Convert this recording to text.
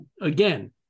again